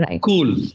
cool